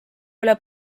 üle